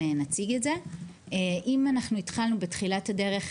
אז אני אציג את זה, כשאנחנו היינו בתחילת הדרך,